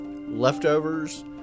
leftovers